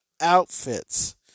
outfits